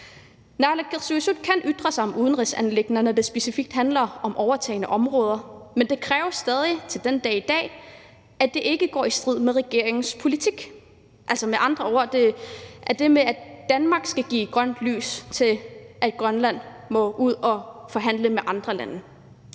Naalakkersuisut kan ytre sig om udenrigsanliggender, når det specifikt handler om overtagne områder, men det kræver stadig den dag i dag, at det ikke er i strid med regeringens politik. Altså, med andre ord handler det om, at Danmark skal give grønt lys til, at Grønland må gå ud at forhandle med andre lande.